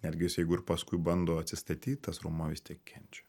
netgi jis jeigu ir paskui bando atsistatyt tas raumuo vis tiek kenčia